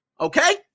okay